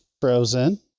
Frozen